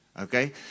Okay